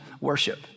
worship